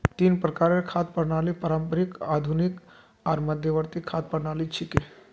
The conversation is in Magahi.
तीन प्रकारेर खाद्य प्रणालि पारंपरिक, आधुनिक आर मध्यवर्ती खाद्य प्रणालि छिके